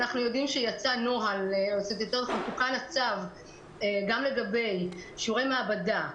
אנחנו יודעים שיצא נוהל קצת יותר מפורט לצו גם לגבי שיעורי מעבדה,